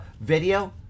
video